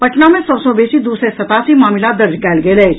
पटना मे सभ सँ बेसी दू सय सतासी मामिला दर्ज कयल गेल अछि